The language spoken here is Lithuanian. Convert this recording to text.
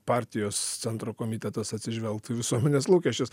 partijos centro komitetas atsižvelgtų į visuomenės lūkesčius